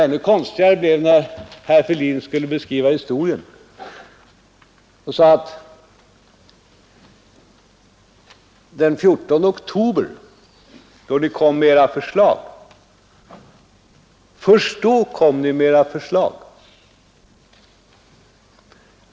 Ännu konstigare blev herr Fälldins historiebeskrivning, då han sade att vi kom med våra förslag den 14 oktober.